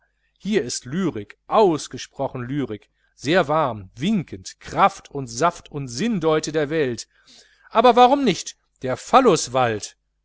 hier ist lyrik ausgesprochen lyrik sehr warm winkend kraft und saft und sinndeute der welt aber warum nicht der